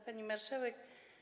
Pani Marszałek!